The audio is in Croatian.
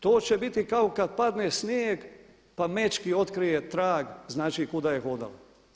To će biti kao kad padne snijeg pa … [[Ne razumije se.]] otkrije trag znači kuda je hodala.